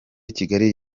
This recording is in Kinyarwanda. kigali